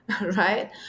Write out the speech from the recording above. Right